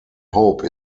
hope